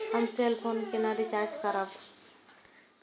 हम cell phone केना recharge करब?